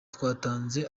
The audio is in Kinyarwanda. twatanze